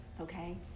okay